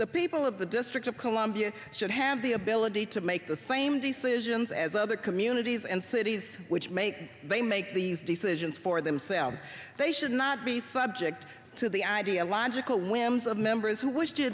the people of the district of columbia should have the ability to make the same decisions as other communities and cities which make they make these decisions for themselves they should not be subject to the ideological whims of members who wish to